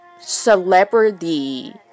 celebrity